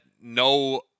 no